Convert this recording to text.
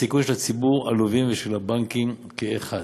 הסיכון של ציבור הלווים ושל הבנקים כאחד.